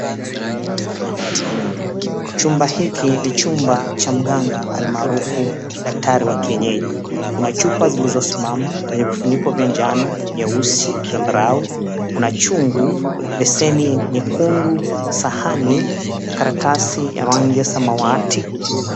Chumba hiki ni chumba cha mganga almaarufu, daktari wa kienyeji, kuna chupa zilizosimama zenye vifuniko vya njano, nyeusi, zambarau. Kuna chungu beseni nyekundu, sahani, karatasi ya rangi ya samawati.